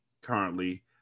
currently